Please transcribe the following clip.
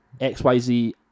XYZ